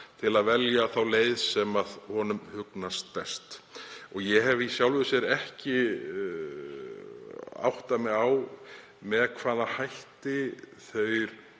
til að velja þá leið sem honum hugnast best. Ég hef í sjálfu sér ekki áttað mig á með hvaða hætti þau